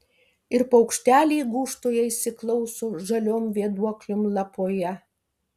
ir paukšteliai gūžtoje įsiklauso žaliom vėduoklėm lapoja